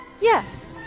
Yes